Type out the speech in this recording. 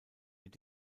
mit